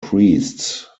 priests